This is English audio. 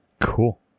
Cool